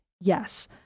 Yes